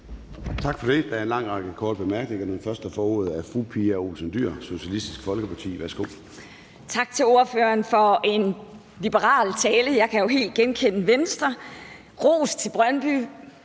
Tak for det. Der er en lang række korte bemærkninger. Den første, der får ordet, er fru Pia Olsen Dyhr, Socialistisk Folkeparti. Værsgo. Kl. 10:11 Pia Olsen Dyhr (SF): Tak til ordføreren for en liberal tale. Jeg kan jo helt genkende Venstre. Jeg vil give